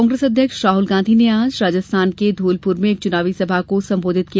कांग्रेस अध्यक्ष राहल गांधी ने आज राजस्थान के धोलप्र में एक च्नावी सभा को संबोधित किया